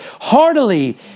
Heartily